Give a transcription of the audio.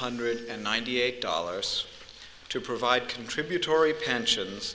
hundred ninety eight dollars to provide contributory pensions